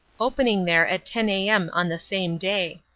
opening there at ten a m. on the same day.